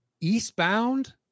eastbound